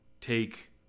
take